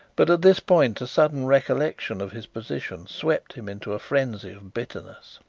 but at this point a sudden recollection of his position swept him into a frenzy of bitterness.